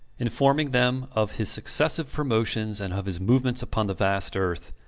informing them of his successive promotions and of his movements upon the vast earth.